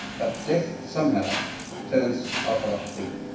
but death somehow turns off a lot of people.